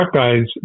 guys